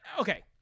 Okay